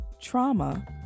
trauma